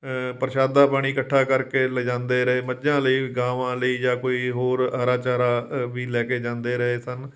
ਪ੍ਰਸ਼ਾਦਾ ਪਾਣੀ ਇਕੱਠਾ ਕਰਕੇ ਲਿਜਾਂਦੇ ਰਹੇ ਮੱਝਾਂ ਲਈ ਗਾਵਾਂ ਲਈ ਜਾਂ ਕੋਈ ਹੋਰ ਹਰਾ ਚਾਰਾ ਵੀ ਲੈ ਕੇ ਜਾਂਦੇ ਰਹੇ ਸਨ